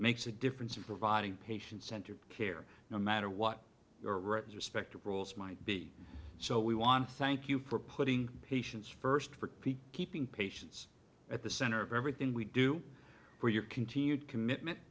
makes a difference in providing patient centered care no matter what your respective roles might be so we want to thank you for putting patients first part keeping patients at the center of everything we do for your continued commitment